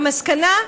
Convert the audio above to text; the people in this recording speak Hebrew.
המסקנה היא: